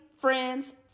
friends